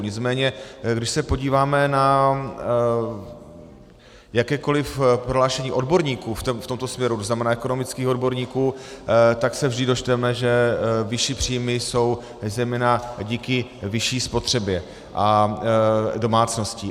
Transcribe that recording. Nicméně když se podíváme na jakékoliv prohlášení odborníků v tomto směru, to znamená ekonomických odborníků, tak se vždy dočteme, že vyšší příjmy jsou zejména díky vyšší spotřebě domácností.